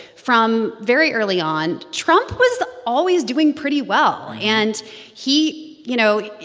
from very early on, trump was always doing pretty well. and he you know,